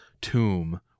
tomb